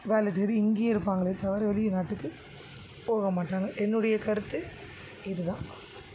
வேலை தேடி இங்கேயே இருப்பாங்களே தவிர வெளி நாட்டுக்கு போக மாட்டாங்கள் என்னுடைய கருத்து இதுதான்